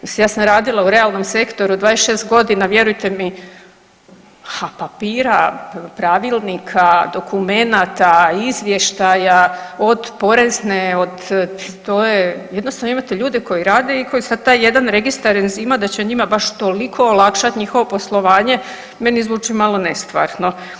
Mislim ja sam radila u realnom sektoru 26 godina, vjerujte mi ha papira, pravilnika, dokumenata, izvještaja od porezne od to je, jednostavno imate ljude koji radi i koji sad taj jedan registar enzima da će njima baš toliko olakšati njihovo poslovanje meni zvuči malo nestvarno.